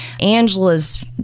Angela's